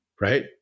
right